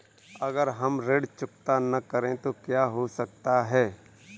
अगर हम ऋण चुकता न करें तो क्या हो सकता है?